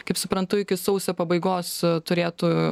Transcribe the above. kaip suprantu iki sausio pabaigos turėtų